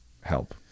help